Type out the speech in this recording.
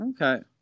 Okay